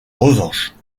revanche